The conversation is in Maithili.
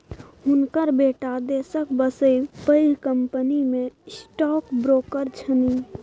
हुनकर बेटा देशक बसे पैघ कंपनीमे स्टॉक ब्रोकर छनि